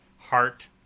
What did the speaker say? Heart